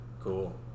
Cool